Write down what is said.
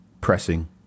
pressing